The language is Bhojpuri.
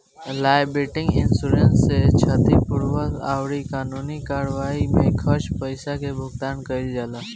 लायबिलिटी इंश्योरेंस से क्षतिपूर्ति अउरी कानूनी कार्यवाई में खर्च पईसा के भुगतान कईल जाला